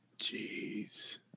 Jeez